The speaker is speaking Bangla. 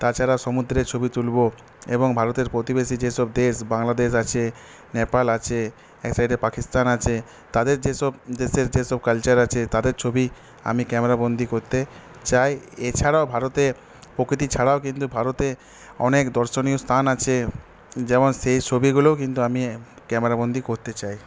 তাছাড়া সমুদ্রের ছবি তুলব এবং ভারতের প্রতিবেশী যেসব দেশ বাংলাদেশ আছে নেপাল আছে এক সাইডে পাকিস্তান আছে তাদের যেসব দেশের যেসব কালচার আছে তাদের ছবি আমি ক্যামেরা বন্দী করতে চাই এছাড়াও ভারতে প্রকৃতি ছাড়াও কিন্তু ভারতে অনেক দর্শনীয় স্থান আছে যেমন সেই ছবিগুলোও কিন্তু আমি ক্যামেরা বন্দী করতে চাই